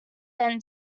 than